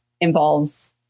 involves